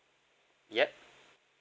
yup